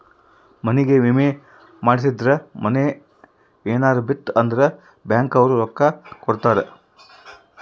ಮನಿಗೇ ವಿಮೆ ಮಾಡ್ಸಿದ್ರ ಮನೇ ಯೆನರ ಬಿತ್ ಅಂದ್ರ ಬ್ಯಾಂಕ್ ಅವ್ರು ರೊಕ್ಕ ಕೋಡತರಾ